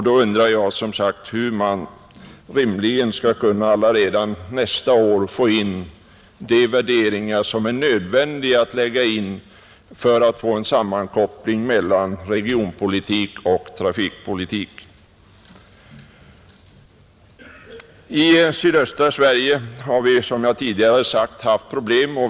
Då undrar jag, som sagt, hur man rimligen skall kunna redan nästa år få in de värderingar som är nödvändiga att lägga in för att åstadkomma en sammankoppling mellan regionalpolitik och trafikpolitik. I sydöstra Sverige har vi, som jag tidigare nämnt, haft problem.